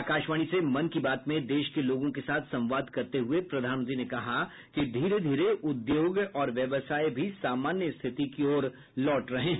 आकाशवाणी से मन की बात में देश के लोगों के साथ संवाद करते हुए प्रधानमंत्री ने कहा कि धीरे धीरे उद्योग और व्यवसाय भी सामान्य स्थिति की ओर लौट रहे हैं